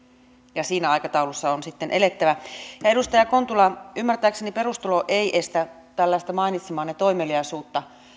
ja siinä aikataulussa on sitten elettävä edustaja kontula ymmärtääkseni perustulo ei estä tällaista mainitsemaanne toimeliaisuutta